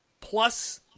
plus